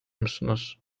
musunuz